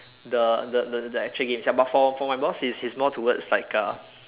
the the the actual game but for for my boss he's he's more towards like uh